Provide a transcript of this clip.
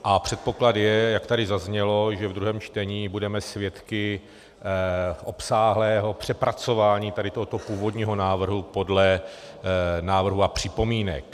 A předpoklad je, jak tady zaznělo, že ve druhém čtení budeme svědky obsáhlého přepracování tohoto původního návrhu podle návrhů a připomínek.